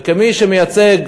וכמי שמייצג,